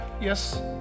Yes